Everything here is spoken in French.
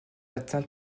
atteint